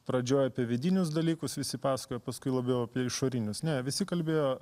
pradžioj apie vidinius dalykus visi pasakojo paskui labiau apie išorinius ne visi kalbėjo